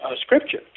Scripture